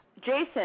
Jason